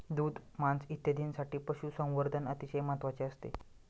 दूध, मांस इत्यादींसाठी पशुसंवर्धन अतिशय महत्त्वाचे असते